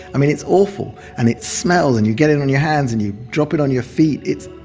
i mean it's awful. and it smells and you get it on your hands and you drop it on your feet, it's,